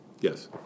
Yes